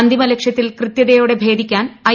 അന്തിമ ലക്ഷ്യത്തിൽ കൃത്യതയോടെ ഭേദിക്കാൻ ഐ